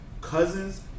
Cousins